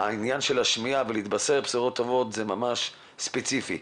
עניין השמיעה ולהתבשר בשורות טובות זה ממש ספציפי.